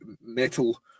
metal